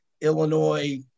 Illinois